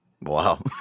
Wow